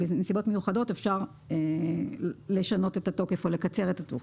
מיוחדות אפשר לשנות את התוקף או לקצר את התוקף.